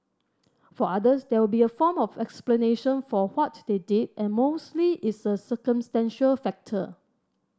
for others there will be a form of explanation for what they did and mostly it's a circumstantial factor